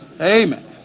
amen